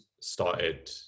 started